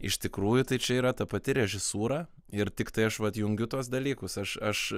iš tikrųjų tai čia yra ta pati režisūra ir tiktai aš vat jungiu tuos dalykus aš aš